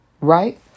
Right